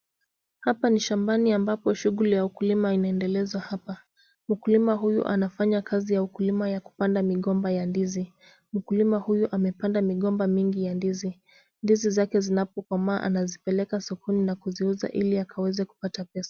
Hapa ni shambani ambapo shughuli ya ukulima inaendelezwa hapa. Mkulima huyu anafanya kazi ya ukulima ya kupanda migomba ya ndizi. Mkulima huyu amepanda migomba mingi ya ndizi. Ndizi zake zinazokomaa, anazipeleka sokoni kuziuza ili apate pesa.